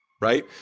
right